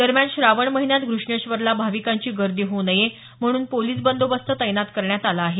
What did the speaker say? दरम्यान श्रावण महिन्यात घ्रष्णेश्वरला भाविकांची गर्दी होऊ नये म्हणून पोलिस बदोबस्त तैनात करण्यात आला आहे